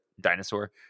dinosaur